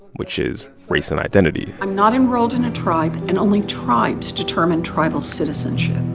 which is race and identity i'm not enrolled in a tribe, and only tribes determine tribal citizenship.